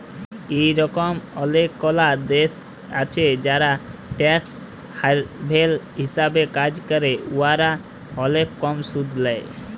ইরকম অলেকলা দ্যাশ আছে যারা ট্যাক্স হ্যাভেল হিসাবে কাজ ক্যরে উয়ারা অলেক কম সুদ লেই